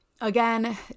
Again